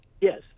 Yes